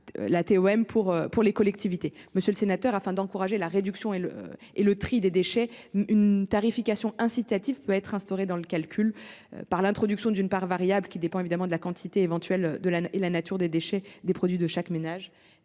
la Teom pour les collectivités. Monsieur le sénateur, afin d'encourager la réduction et le tri des déchets, une tarification incitative peut être instaurée dans le calcul de la Reom ou de la Teom, par l'introduction d'une part variable qui dépend de la quantité et, éventuellement, de la nature des déchets produits par chaque ménage.